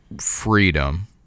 freedom